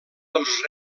dels